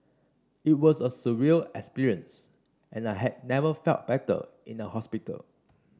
it was a surreal experience and I had never felt better in a hospital